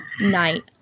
night